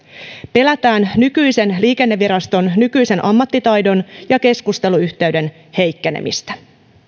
pelätään nykyisen liikenneviraston nykyisen ammattitaidon ja keskusteluyhteyden heikkenemistä